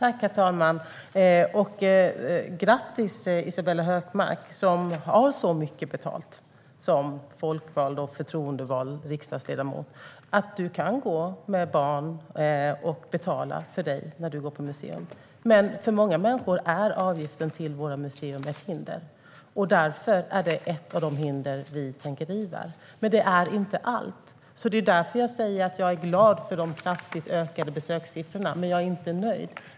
Herr talman! Grattis, Isabella Hökmark, som har så mycket betalt som folkvald och förtroendevald riksdagsledamot att du kan ta med dig barn och betala för dig när du går på museum! Men för många människor är avgiften till våra museer ett hinder, och det är ett av de hinder vi tänker riva. Men detta är inte allt. Det är därför jag säger att jag är glad över de kraftigt ökade besökssiffrorna, men jag är inte nöjd.